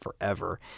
forever